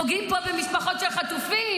פוגעים פה במשפחות של חטופים,